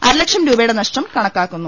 അരലക്ഷം രൂപയുടെ നഷ്ടം കണക്കാ ക്കുന്നു